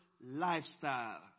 lifestyle